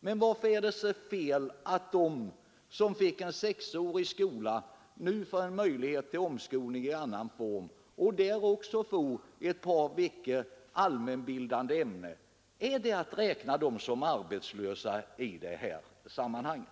Men varför är det fel att de som bara gått i 6-årig skola nu får en möjlighet till omskolning i annan form och därvid också får ett par veckors undervisning i allmänbildande ämnen? Bör man räkna dem som arbetslösa i det sammanhanget?